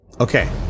Okay